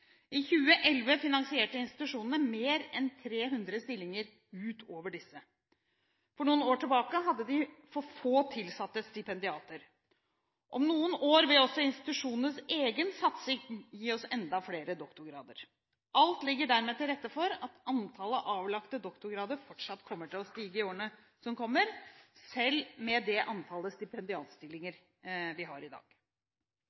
I 2011 finansierte institusjonene mer enn 300 stillinger utover disse. For noen år tilbake hadde de for få tilsatte stipendiater. Om noen år vil også institusjonenes egen satsing gi oss enda flere doktorgrader. Alt ligger dermed til rette for at antallet avlagte doktorgrader fortsatt kommer til å stige i årene som kommer, selv med det antallet